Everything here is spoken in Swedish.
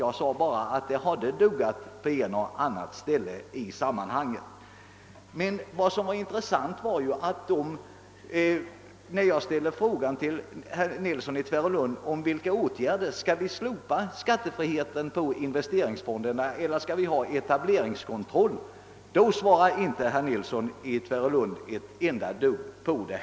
Jag sade bara i mitt anförande att det hade duggat på ett och annat ställe i sammanhanget, På min fråga vilka åtgärder som skall vidtagas, om vi skall slopa skattefriheten på investeringsfonderna eller ha etableringskontroll, svarade herr Nilsson ingenting.